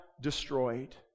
destroyed